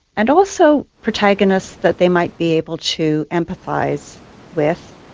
and also protagonists that they might be able to empathise with,